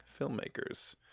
filmmakers